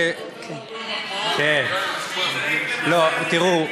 אל תדאגו,